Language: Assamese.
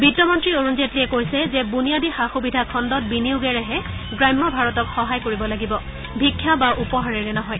বিত্তমন্ত্ৰী অৰুণ জেটলীয়ে কৈছে যে বুনিয়াদী সা সুবিধা খণ্ডত বিনিয়োগেৰেহে গ্ৰাম্য ভাৰতক সহায় কৰিব লাগিব ভীক্ষা বা উপহাৰেৰে নহয়